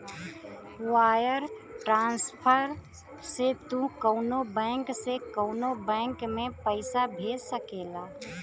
wire transfer से तू कउनो बैंक से कउनो बैंक में पइसा भेज सकेला